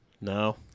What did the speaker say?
No